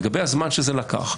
לגבי הזמן שזה ארך.